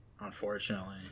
unfortunately